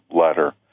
letter